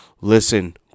listen